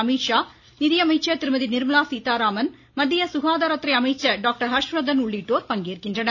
அமித்ஷா நிதியமைச்சர் திருமதி நிர்மலா சீதாராமன் மத்திய சுகாதாரத்துறை அமைச்சர் டாக்டர் ஹர்ஸ்வர்த்தன் உள்ளிட்டோர் பங்கேற்கின்றனர்